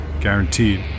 guaranteed